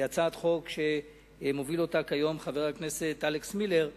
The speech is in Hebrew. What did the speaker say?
היא הצעת חוק שמוביל כיום חבר הכנסת אלכס מילר,